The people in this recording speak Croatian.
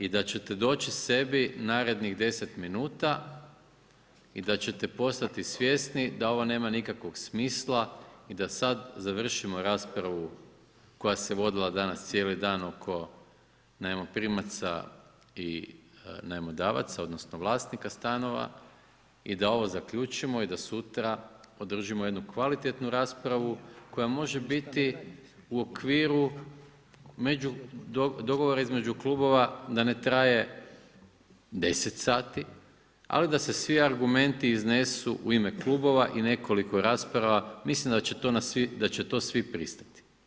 I da ćete doći sebi narednih 10 minuta i da ćete postati svjesni da ovo nema nikakvog smisla i da sad završimo raspravu koja se vodila danas cijeli dan oko najmoprimaca i najmodavaca, odnosno vlasnika stanova i da ovo zaključimo i da sutra održimo jednu kvalitetnu raspravu koja može biti u okviru dogovora između klubova da ne traje 10 sati, ali da se svi argumenti iznesu u ime klubova i nekoliko rasprava, mislim da će na to svi pristati.